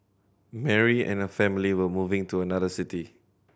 Mary and her family were moving to another city